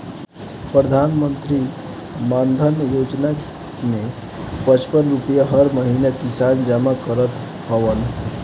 प्रधानमंत्री मानधन योजना में पचपन रुपिया हर महिना किसान जमा करत हवन